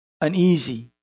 uneasy